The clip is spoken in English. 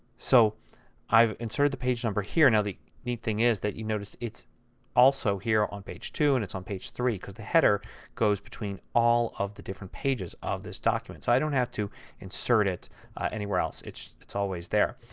so i've inserted the page number here. now the neat thing is that you notice it's also here on page two and it's on page three because the header goes between all of the different pages of this document. i don't have to insert it anywhere else. it is always there.